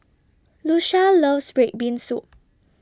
Lucia loves Red Bean Soup